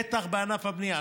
בטח בענף הבנייה.